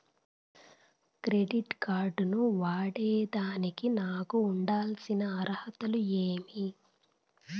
Credit card ను వాడేదానికి నాకు ఉండాల్సిన అర్హతలు ఏమి?